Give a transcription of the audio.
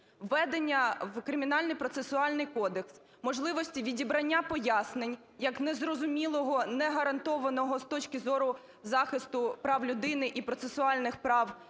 введення в Кримінальний процесуальний кодекс можливості відібрання поясненьяк незрозумілого, негарантованого, з точки зору захисту прав людини і процесуальних прав